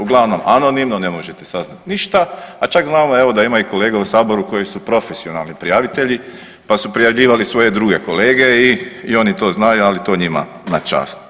Uglavnom, anonimno, ne možete saznat ništa, a čak znamo evo da ima i kolega u saboru koji su profesionalni prijavitelji, pa su prijavljivali svoje druge kolege, i oni to znaju ali to njima na čast.